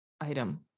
item